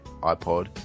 iPod